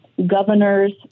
Governors